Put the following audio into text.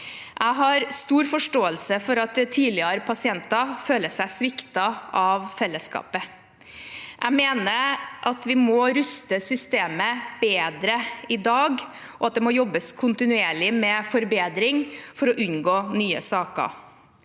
Jeg har stor forståelse for at tidligere pasienter føler seg sviktet av fellesskapet. Jeg mener at vi må ruste systemet bedre i dag, og at det må jobbes kontinuerlig med forbedring for å unngå nye saker.